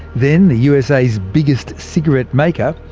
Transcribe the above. then the usa's biggest cigarette maker,